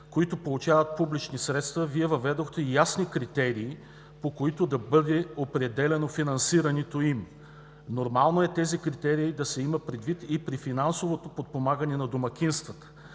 които получават публични средства, Вие въведохте ясни критерии, по които да бъде определяно финансирането им. Нормално е тези критерии да се имат предвид и при финансово подпомагане на домакинствата.